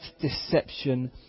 deception